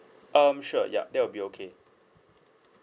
um sure ya that will be okay